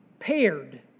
paired